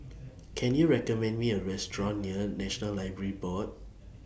Can YOU recommend Me A Restaurant near National Library Board